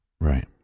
Right